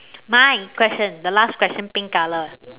my question the last question pink color